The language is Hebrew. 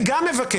גם אני מבקש.